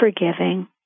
forgiving